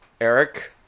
Eric